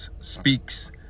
speaks